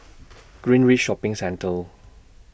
Greenridge Shopping Centre